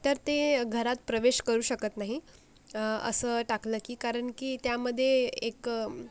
तर ते घरात प्रवेश करू शकत नाहीत असं टाकलं की कारण की त्यामध्ये एक